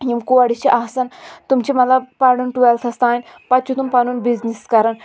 یِم کورِ چھ آسان تِم چھ مَطلَب پَران ٹُوؠلتھَس تانۍ پَتہٕ چھ تم پَنُن بِزنِس کَران